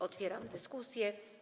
Otwieram dyskusję.